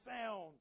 found